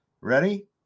ready